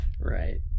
Right